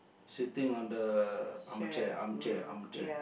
sitting on the armchair armchair armchair